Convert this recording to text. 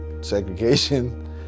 segregation